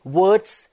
words